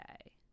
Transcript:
okay